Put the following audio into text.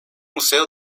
museo